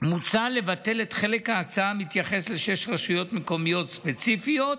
מוצע לבטל את חלק ההקצאה המתייחס לשש רשויות מקומיות ספציפיות,